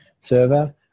server